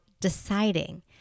deciding